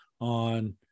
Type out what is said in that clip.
on